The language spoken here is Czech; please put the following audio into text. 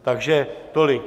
Takže tolik.